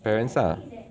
parents ah